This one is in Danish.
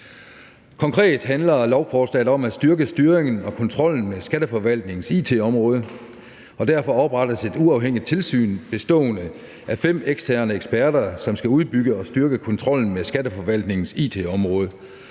Konkret handler lovforslaget om at styrke styringen og kontrollen af skatteforvaltningens it-område, og derfor oprettes et uafhængigt tilsyn bestående af fem eksterne eksperter, som skal udbygge og styrke kontrollen med skatteforvaltningens it-område